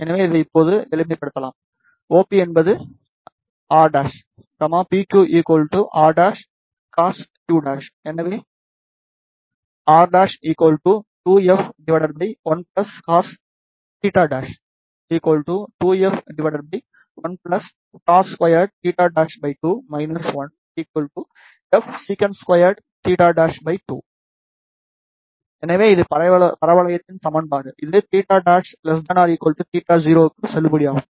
எனவே இதை இப்போது எளிமைப்படுத்தலாம் OP என்பது r ' PQ r' cos q ' எனவே r2f1cos θ 2f1cos22 1fsec22 எனவே இது பரவளையத்தின் சமன்பாடு இது θ'≤ θ0' க்கு செல்லுபடியாகும்